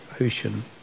Ocean